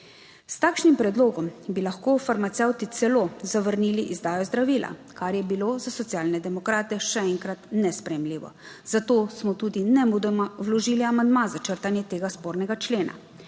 S takšnim predlogom bi lahko farmacevti celo zavrnili izdajo zdravila, kar je bilo za Socialne demokrate še enkrat nesprejemljivo, zato smo tudi nemudoma vložili amandma za črtanje tega spornega člena.